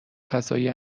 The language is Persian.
فضای